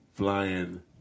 flying